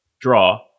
draw